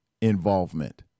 involvement